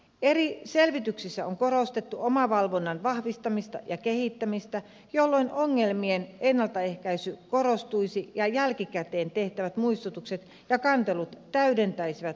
eri selvityksissä on korostettu omavalvonnan vahvistamista ja kehittämistä jolloin ongelmien ennaltaehkäisy korostuisi ja jälkikäteen tehtävät muistutukset ja kantelut täydentäisivät laillisuusvalvontaa